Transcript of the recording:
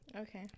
Okay